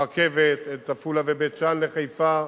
ברכבת, את עפולה ובית-שאן לחיפה,